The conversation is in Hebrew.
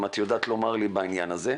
אם את יודעת לומר לי בעניין הזה.